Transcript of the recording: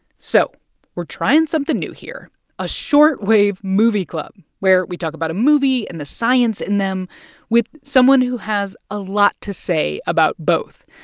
so we're trying something new here a short wave movie club where we talk about a movie and the science in them with someone who has a lot to say about both.